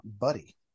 buddy